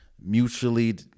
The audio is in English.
mutually